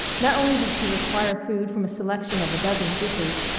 not only did she require food from a selection of a dozen dishes,